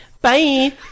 Bye